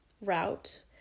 route